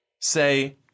say